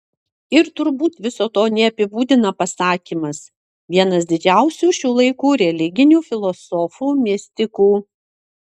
ir turbūt viso to neapibūdina pasakymas vienas didžiausių šių laikų religinių filosofų mistikų